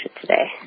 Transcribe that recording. today